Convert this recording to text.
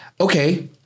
Okay